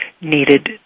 needed